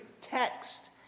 text